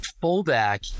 fullback